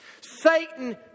Satan